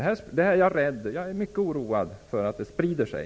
Jag är mycket orolig för att det kan sprida sig.